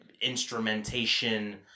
instrumentation